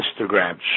Instagram